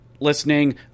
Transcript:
listening